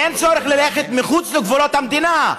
אין צורך ללכת מחוץ לגבולות המדינה.